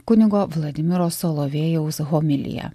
kunigo vladimiro solovejaus homilija